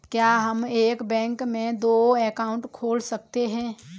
क्या हम एक बैंक में दो अकाउंट खोल सकते हैं?